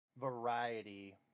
variety